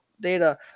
data